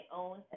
own